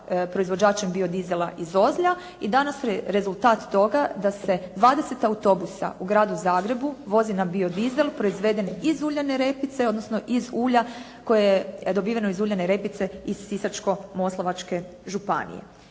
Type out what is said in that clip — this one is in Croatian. proizvođačem biodizela iz Ozlja i danas rezultat toga da se 20 autobusa u Gradu Zagrebu vozi na biodizel proizveden iz uljane repice, odnosno iz ulja koje je dobiveno iz uljane repice, odnosno iz ulja